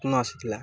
ଆସିଥିଲା